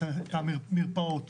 את המרפאות.